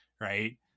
Right